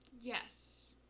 Yes